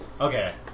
Okay